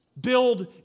Build